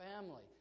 family